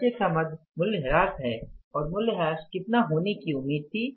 खर्चे का मद मूल्यह्रास है और मूल्यह्रास कितना होने की उम्मीद थी